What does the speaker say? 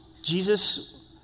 Jesus